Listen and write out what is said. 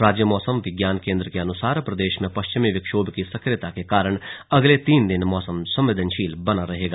राज्य मौसम विज्ञान केंद्र के अनुसार प्रदेश में पश्चिमी विक्षोभ की सक्रियता के कारण अगले तीन दिन मौसम संवेदनशील रह सकता है